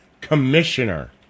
Commissioner